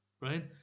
Right